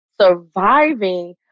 surviving